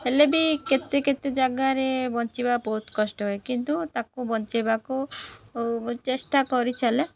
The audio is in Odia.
ହେଲେ ବି କେତେ କେତେ ଜାଗାରେ ବଞ୍ଚିବା ବହୁତ କଷ୍ଟ ହୁଏ କିନ୍ତୁ ତାକୁ ବଞ୍ଚାଇବାକୁ ଚେଷ୍ଟା କରିଚାଲେ